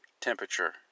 temperature